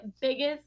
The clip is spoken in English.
biggest